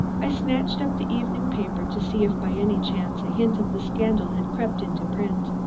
i snatched up the evening paper to see if by any chance a hint of the scandal had crept into print.